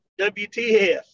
wtf